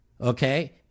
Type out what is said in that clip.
Okay